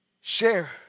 share